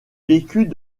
vécut